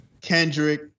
Kendrick